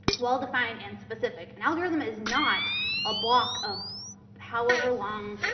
well defined and specific. an algorithm is not a block of however long